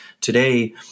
today